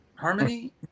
Harmony